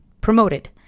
promoted